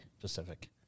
Pacific